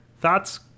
Thoughts